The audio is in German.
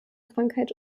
krankheit